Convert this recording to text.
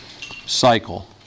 cycle